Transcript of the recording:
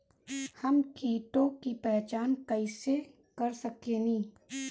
हम कीटों की पहचान कईसे कर सकेनी?